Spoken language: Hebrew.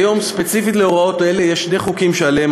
כיום ספציפית להוראות אלה יש שני חוקים שעליהם